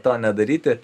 to nedaryti